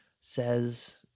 says